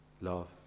love